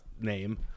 name